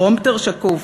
פרומפטר שקוף,